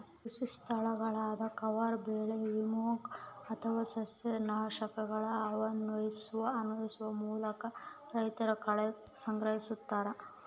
ಕೃಷಿಸ್ಥಳದಾಗ ಕವರ್ ಬೆಳೆ ಮೊವಿಂಗ್ ಅಥವಾ ಸಸ್ಯನಾಶಕನ ಅನ್ವಯಿಸುವ ಮೂಲಕ ರೈತರು ಕಳೆ ನಿಗ್ರಹಿಸ್ತರ